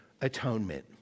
Atonement